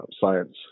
science